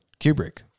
Kubrick